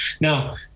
Now